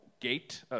gate